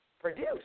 produce